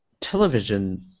television